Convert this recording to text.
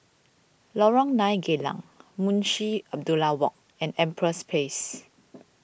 Lorong nine Geylang Munshi Abdullah Walk and Empress Place